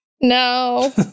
no